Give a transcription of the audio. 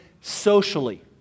socially